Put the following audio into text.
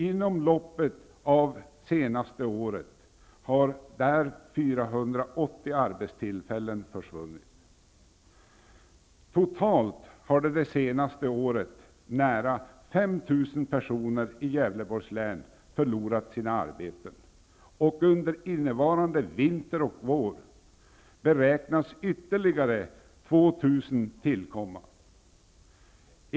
Inom loppet av senaste året har Totalt har under det senaste året nära 5 000 Under innevarande vinter och vår beräknas ytterligare 2 000 tillkomma.